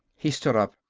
he stood up.